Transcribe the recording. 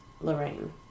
Lorraine